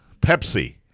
Pepsi